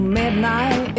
midnight